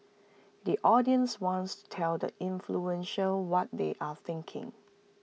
the audience wants to tell the influential what they are thinking